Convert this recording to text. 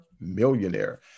Millionaire